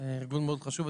מאוד חשוב.